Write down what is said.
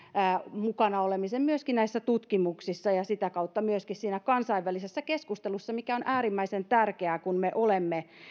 mukana olemisen myöskin näissä tutkimuksissa ja sitä kautta myöskin siinä kansainvälisessä keskustelussa mikä on äärimmäisen tärkeää kun me olemme